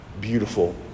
beautiful